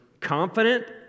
confident